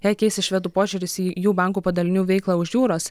jei keisis švedų požiūris į jų bankų padalinių veiklą už jūros